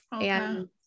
And-